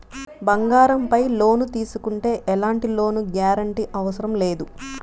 బంగారంపై లోను తీసుకుంటే ఎలాంటి లోను గ్యారంటీ అవసరం లేదు